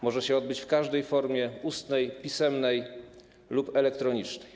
Może się odbyć w każdej formie: ustnej, pisemnej lub elektronicznej.